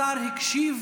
השר הקשיב